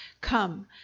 come